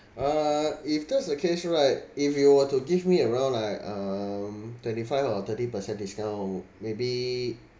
uh if that's the case right if you were to give me around like um twenty five or thirty per cent discount maybe